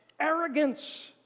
arrogance